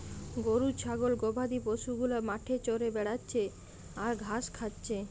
গরু ছাগল গবাদি পশু গুলা মাঠে চরে বেড়াচ্ছে আর ঘাস খাচ্ছে